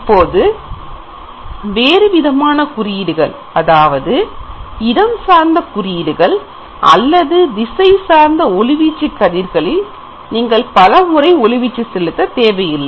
இப்போது வேறு விதமான குறியீடுகள் அதாவது இடம் சார்ந்த குறியீடுகள் அல்லது திசை சார்ந்த ஒளிவீச்சு கதிர்களில் நீங்கள் பலமுறை ஒளிவீச்சு செலுத்த தேவையில்லை